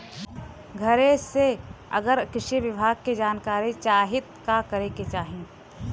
घरे से अगर कृषि विभाग के जानकारी चाहीत का करे के चाही?